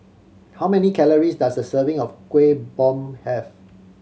how many calories does a serving of Kuih Bom have